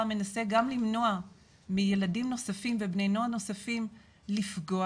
מנסה גם למנוע מילדים נוספים ובני נוער נוספים לפגוע